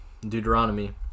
Deuteronomy